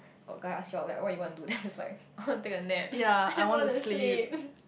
got guy ask you out like what you want do then I'm just like I want take a nap I just want to sleep